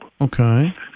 Okay